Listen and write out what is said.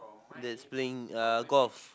that's playing uh golf